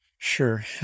Sure